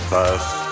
First